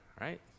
right